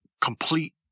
complete